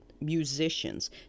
musicians